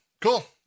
Cool